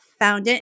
FoundIt